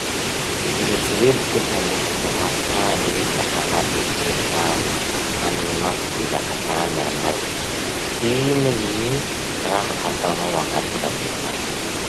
Eritsereto hoe handeha a Frantsa agny iha agnatin'ny herignandro amy gny maha mpizaha tany anao. Ino gny raha ataonao agnaty valizinao?